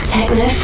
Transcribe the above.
Techno